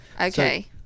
Okay